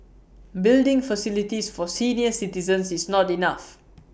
building facilities for senior citizens is not enough